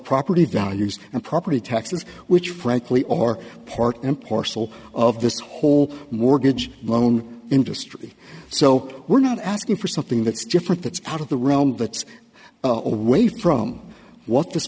property values and property taxes which frankly are part and parcel of this whole mortgage loan industry so we're not asking for something that's different that's out of the realm that away from what this